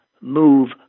move